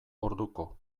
orduko